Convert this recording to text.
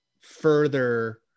Further